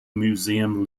museum